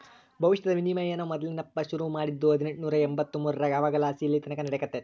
ಭವಿಷ್ಯದ ವಿನಿಮಯಾನ ಮೊದಲ್ನೇ ದಪ್ಪ ಶುರು ಮಾಡಿದ್ದು ಹದಿನೆಂಟುನೂರ ಎಂಬಂತ್ತು ಮೂರರಾಗ ಅವಾಗಲಾಸಿ ಇಲ್ಲೆತಕನ ನಡೆಕತ್ತೆತೆ